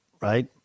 Right